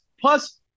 Plus